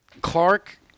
Clark